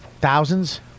Thousands